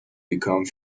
become